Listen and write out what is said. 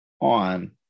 on